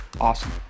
Awesome